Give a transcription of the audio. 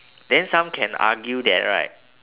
then some can argue that right